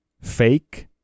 fake